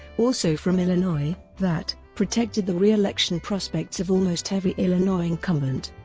also from illinois, that protected the reelection prospects of almost every illinois incumbent.